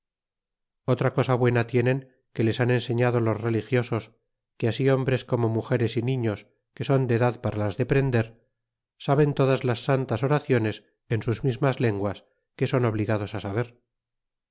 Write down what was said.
otra cosa buena tienen que les han enseñado los religiosos que así hombres como mugeres é niños que son de edad para las deprender saben todas las santas oraciones en sus mismas lenguas que son obligados saber